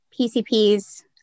PCP's